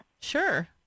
Sure